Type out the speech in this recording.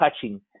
touching